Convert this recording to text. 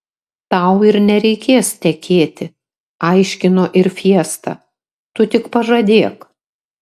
tau nereikės tekėti aiškino ir fiesta tu tik pažadėk